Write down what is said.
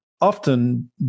often